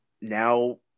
now